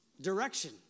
direction